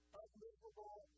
unmovable